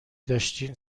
داشتین